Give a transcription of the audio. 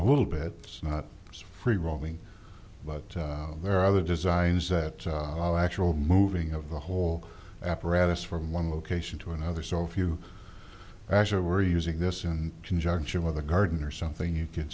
a little bit not as free roaming but there are other designs that are actual moving of the whole apparatus from one location to another so if you azure were using this in conjunction with a garden or something you c